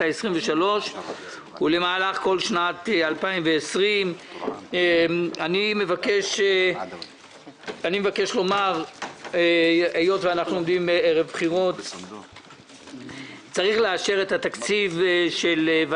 ה-23 ולמהלך כל שנת 2020. צריך לאשר את התוספת לתקציב ועדת